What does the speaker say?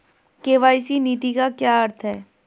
KYC नीति का क्या अर्थ है?